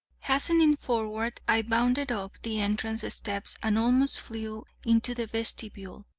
hastening forward i bounded up the entrance steps and almost flew into the vestibule.